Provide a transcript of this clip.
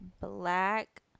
black